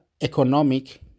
economic